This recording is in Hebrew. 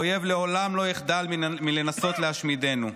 האויב לעולם לא יחדל מלנסות להשמידנו,